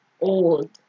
old